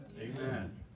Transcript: Amen